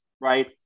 right